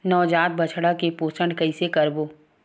नवजात बछड़ा के पोषण कइसे करबो?